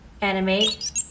animate